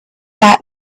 that